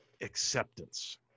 acceptance